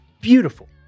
beautiful